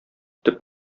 төп